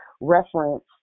reference